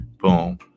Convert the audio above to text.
Boom